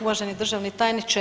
Uvaženi državni tajniče.